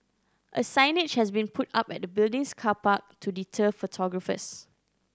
a signage has been put up at the building's car park to deter photographers